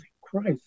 Christ